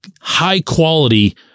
high-quality